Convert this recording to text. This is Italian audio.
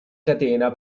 catena